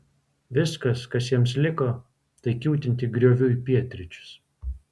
viskas kas jiems liko tai kiūtinti grioviu į pietryčius